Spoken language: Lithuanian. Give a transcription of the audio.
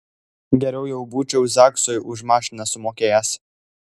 geriau jau būčiau zaksui už mašiną sumokėjęs